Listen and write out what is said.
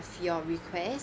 your request